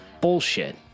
bullshit